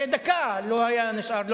הרי דקה לא היה נשאר,